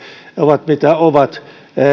ovat mitä ovat minusta